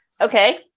Okay